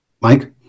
Mike